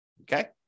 Okay